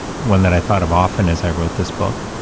one that i thought of often as i wrote this book